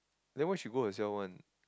then why she go herself one